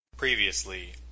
Previously